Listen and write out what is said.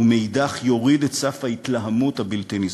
ומצד שני יוריד את סף ההתלהמות הבלתי-נסבל.